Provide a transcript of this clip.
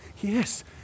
Yes